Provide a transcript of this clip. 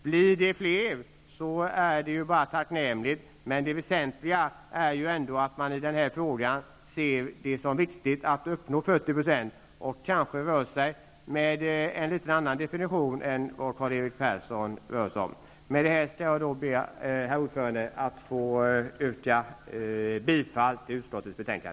Blir det fler är det bara tacknämligt, men det väsentliga är att man ser det som viktigt att uppnå 40 %, och då kanske man i någon mån rör sig med en annan definition än Karl-Erik Persson gör. Med det här ber jag, herr talman, att få yrka bifall till utskottets hemställan.